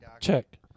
Check